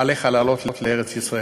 עליך לעלות לארץ-ישראל.